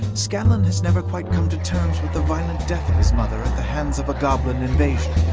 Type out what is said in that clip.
scanlan has never quite come to terms with the violent death of his mother at the hands of a goblin invasion.